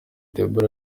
deborah